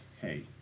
Hey